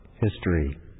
history